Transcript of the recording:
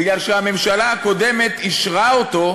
בגלל שהממשלה הקודמת אישרה אותו,